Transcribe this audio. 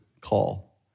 call